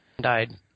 died